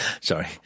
Sorry